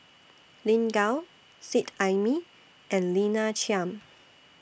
Lin Gao Seet Ai Mee and Lina Chiam